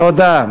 תודה.